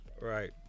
Right